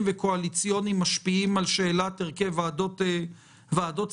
וקואליציוניים משפיעים על שאלת הרכב ועדות שרים?